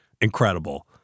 incredible